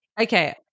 Okay